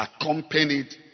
accompanied